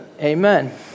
Amen